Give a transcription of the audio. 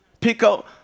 Pico